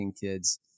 kids